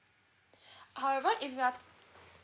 however if your're